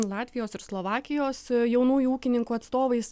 latvijos ir slovakijos jaunųjų ūkininkų atstovais